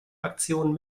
aktion